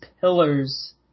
pillars